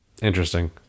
Interesting